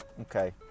Okay